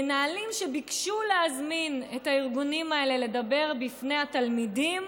מנהלים שביקשו להזמין את הארגונים האלה לדבר בפני התלמידים